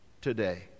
today